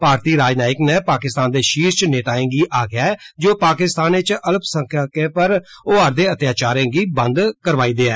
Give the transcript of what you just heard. भारती राजनायिक नै पाकिस्तान दे शीर्ष नेताएं गी आक्खेआ ऐ जे ओह पाकिस्तान इच अल्पसंख्यकें पर होआ'रदे हत्याचारें गी बंद करवाई देऐ